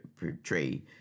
portray